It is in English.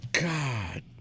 God